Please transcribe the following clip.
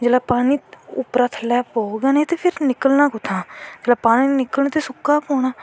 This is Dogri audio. जिसलै उप्परा दा पानी पौह्ग गै नी ते फिर निकलनां कुत्थां दा फिर पानी निकलग ग नी ते सुक्का गै पौंना